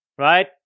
right